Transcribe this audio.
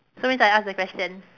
so means I ask the question